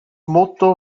motto